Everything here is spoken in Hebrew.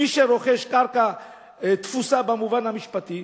מי שרוכש קרקע תפוסה במובן המשפטי,